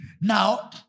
Now